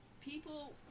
people